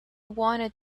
wanted